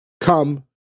Come